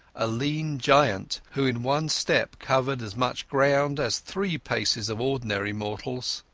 a lean giant, who in one step covered as much ground as three paces of ordinary mortals.